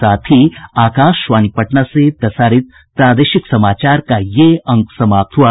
इसके साथ ही आकाशवाणी पटना से प्रसारित प्रादेशिक समाचार का ये अंक समाप्त हुआ